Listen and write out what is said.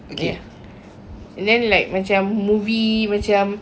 ya and then like macam movie macam